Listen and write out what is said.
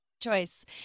choice